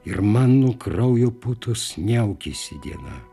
ir man kraujo putos niaukiasi diena